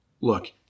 look